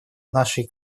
нашей